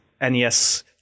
NES